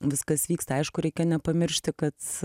viskas vyksta aišku reikia nepamiršti kad